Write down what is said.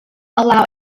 allow